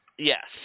Yes